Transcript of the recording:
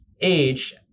age